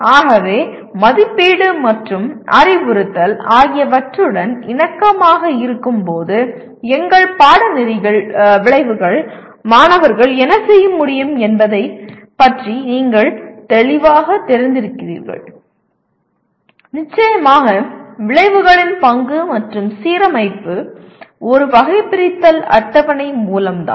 ஆகவே மதிப்பீடு மற்றும் அறிவுறுத்தல் ஆகியவற்றுடன் இணக்கமாக இருக்கும்போது எங்கள் பாடநெறி விளைவுகள் மாணவர்கள் என்ன செய்ய முடியும் என்பதைப் பற்றி நீங்கள் தெளிவாகத் தெரிந்திருக்கிறீர்கள் நிச்சயமாக விளைவுகளின் பங்கு மற்றும் சீரமைப்பு ஒரு வகைபிரித்தல் அட்டவணை மூலம்தான்